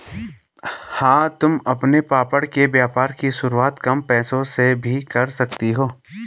हाँ तुम अपने पापड़ के व्यापार की शुरुआत कम पैसों से भी कर सकती हो